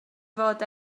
fod